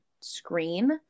screen